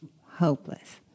Hopeless